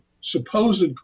supposed